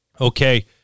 Okay